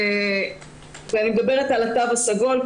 אני מדברת על התו הסגול.